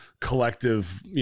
collective